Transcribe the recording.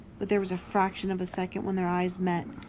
but there was a fraction of a second when their eyes met,